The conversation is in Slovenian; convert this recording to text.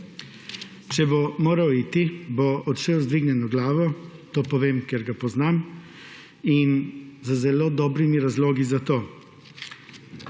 Če bo moral iti, bo odšel z dvignjeno glavo – to povem, ker ga poznam – in z zelo dobrimi razlogi za to.